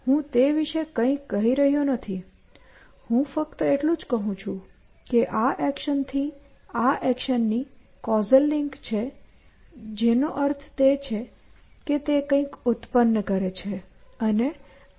હું તે વિશે કંઇ કહી રહ્યો નથી હું ફક્ત એટલું જ કહું છું કે આ એક્શનથી આ એક્શનની કૉઝલ લિંક છે જેનો અર્થ છે કે તે કંઈક ઉત્પન્ન કરે છે અને આ તેનો ઉપયોગ કરે છે